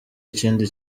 ikindi